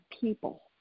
people